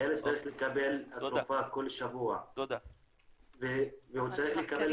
הילד צריך לקבל תרופה כל שבוע והוא צריך לקבל